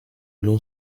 l’on